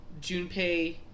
Junpei